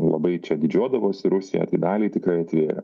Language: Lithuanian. labai čia didžiuodavosi rusija tai daliai tikrai atvėrė